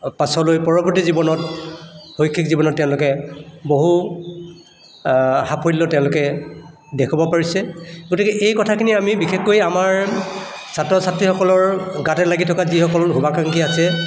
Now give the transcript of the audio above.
পাছলৈ পৰৱৰ্তী জীৱনত শৈক্ষিক জীৱনত তেওঁলোকে বহু সাফল্য তেওঁলোকে দেখুৱাব পাৰিছে গতিকে এই কথাখিনি আমি বিশেষকৈ আমাৰ ছাত্ৰ ছাত্ৰীসকলৰ গাতে লাগি থকা যিসকল শুভাকাঙ্খী আছে